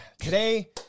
today